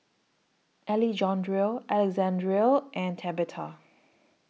Alejandro Alexandria and Tabetha